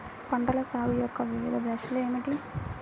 పంటల సాగు యొక్క వివిధ దశలు ఏమిటి?